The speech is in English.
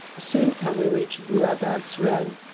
soon can we reach boadag's realm.